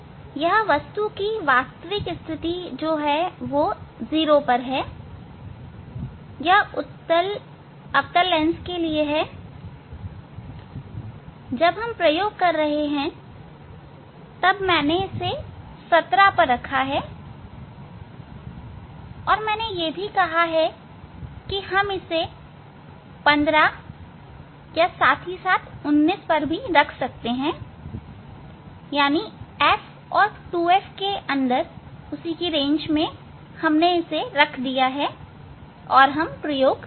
यह वस्तु की वास्तविक स्थिति 0 पर है यह उत्तल अवतल लेंस के लिए है जब हम प्रयोग कर रहे हैं तब मैंने इसे 17 पर रखा और मैंने यह भी कहा कि हम इसे 15 साथ ही साथ 19 भी रख सकते हैं अर्थात f और 2f के अंदर इसे रख दिया गया है और प्रयोग कर रहे हैं